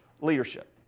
leadership